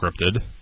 scripted